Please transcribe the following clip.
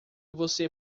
você